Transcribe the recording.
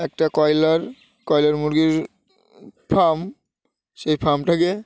একটা broiler broiler মুরগির farm সেই ফার্মটাকে